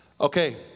Okay